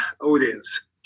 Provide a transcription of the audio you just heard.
audience